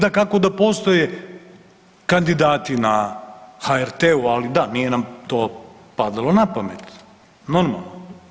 Dakako da postoje kandidati na HRT-u, ali da nije nam to padalo na pamet normalno.